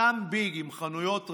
אותם ביגים, חנויות רחוב,